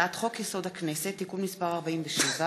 הצעת חוק-יסוד: הכנסת (תיקון מס' 47)